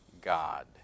God